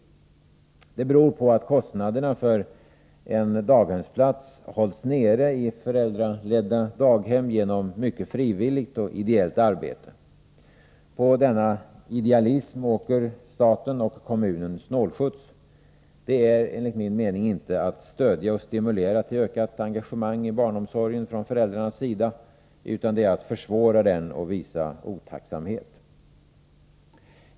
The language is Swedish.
Detta beror på att kostnaderna för en daghemsplats hålls nere i föräldraledda daghem genom mycket frivilligt och ideellt arbete. På denna idealism åker stat och kommun snålskjuts. Detta är, enligt min mening, inte att stödja och stimulera till ökat engagemang från föräldrarnas sida, utan det är att försvåra den och visa otacksamhet.